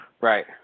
Right